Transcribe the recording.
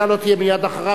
אתה לא תהיה מייד אחריו.